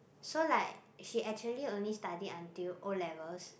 so like she actually only study until O-levels